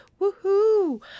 Woohoo